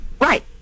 Right